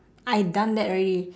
I done that already